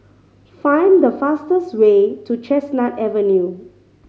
find the fastest way to Chestnut Avenue